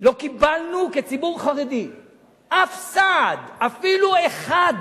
לא קיבלנו כציבור חרדי אף סעד, אפילו אחד,